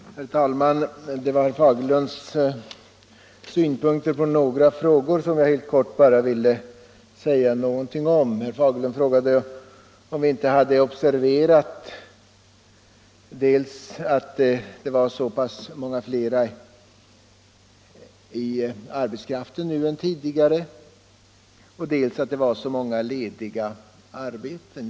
Herr talman! Det är herr Fagerlunds synpunkter på några frågor som jag helt kort vill säga ett par ord om. Herr Fagerlund undrade om vi inte hade observerat dels att det är Nr 84 så många fler i arbetslivet nu än tidigare, dels att det är så många lediga Tisdagen den platser.